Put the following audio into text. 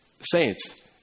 saints